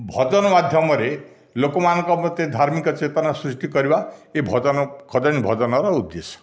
ଭଜନ ମାଧ୍ୟମରେ ଲୋକମାନଙ୍କ ପ୍ରତି ଧାର୍ମିକ ଚେତନା ସୃଷ୍ଟି କରିବା ଏ ଭଜନ ଖଞ୍ଜଣି ଭଜନର ଉଦ୍ଦେଶ୍ୟ